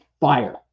fire